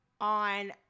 on